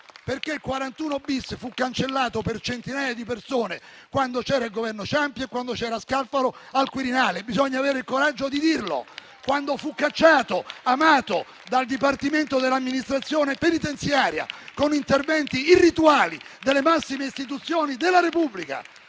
perché il 41-*bis* fu cancellato per centinaia di persone quando c'era il Governo Ciampi, quando c'era Scalfaro al Quirinale - bisogna avere il coraggio di dirlo - e quando Amato fu cacciato dal Dipartimento dell'amministrazione penitenziaria con interventi irrituali dalle massime istituzioni della Repubblica.